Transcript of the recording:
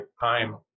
time